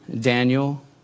Daniel